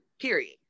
Period